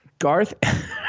Garth